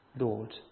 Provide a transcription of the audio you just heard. Lord